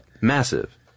Massive